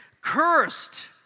Cursed